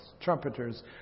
trumpeters